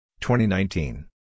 2019